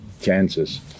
chances